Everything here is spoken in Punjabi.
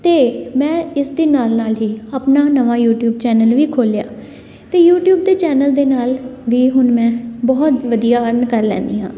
ਅਤੇ ਮੈਂ ਇਸ ਦੇ ਨਾਲ ਨਾਲ ਹੀ ਆਪਣਾ ਨਵਾਂ ਯੂਟਿਊਬ ਚੈਨਲ ਵੀ ਖੋਲ੍ਹਿਆ ਅਤੇ ਯੂਟਿਊਬ ਦੇ ਚੈਨਲ ਦੇ ਨਾਲ ਵੀ ਹੁਣ ਮੈਂ ਬਹੁਤ ਵਧੀਆ ਅਰਨ ਕਰ ਲੈਂਦੀ ਹਾਂ